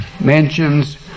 mentions